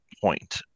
point